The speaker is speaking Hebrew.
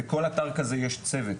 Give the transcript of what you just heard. בכל אתר כזה יש צוות,